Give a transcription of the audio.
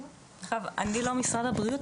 אני לא משרד הבריאות,